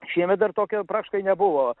šiemet dar tokio praktiškai nebuvo